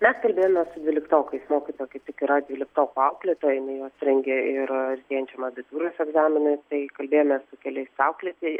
mes kalbėjome su dvyliktokais mokytoja kaip tik yra dvyliktokų auklėtoja jinai juos rengia ir artėjančiam abitūros egzaminui tai kalbėjome su keliais aukleti